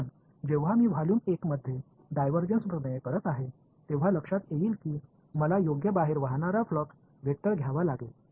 पण जेव्हा मी व्हॉल्यूम 1 मध्ये डायव्हर्जन प्रमेय करत आहे तेव्हा लक्षात येईल की मला योग्य बाहेर वाहणारा फ्लक्स व्हेक्टर घ्यावा लागेल